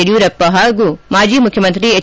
ಯಡಿಯೂರಪ್ಪ ಹಾಗೂ ಮಾಜಿ ಮುಖ್ಯಮಂತ್ರಿ ಹೆಚ್